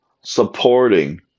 supporting